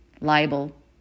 Libel